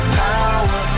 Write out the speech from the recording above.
power